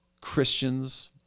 Christians